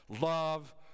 love